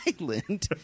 Island